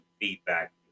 feedback